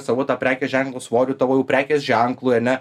savo tą prekės ženklo svorį tavo jau prekės ženklui ane